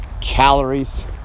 calories